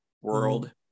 world